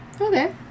Okay